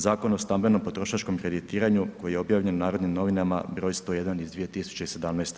Zakon o stambeno potrošačkom kreditiranju koji je objavljen u Narodnim novinama br. 101 iz 2017.